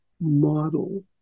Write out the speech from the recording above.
model